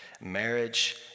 marriage